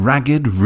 Ragged